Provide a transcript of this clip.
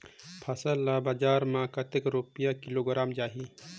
फसल ला बजार मां कतेक रुपिया किलोग्राम जाही?